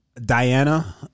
diana